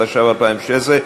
התשע"ו 2016,